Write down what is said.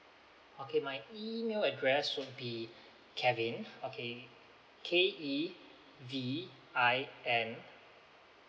okay my email address would be kevin okay K E V I N